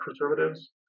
preservatives